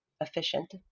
efficient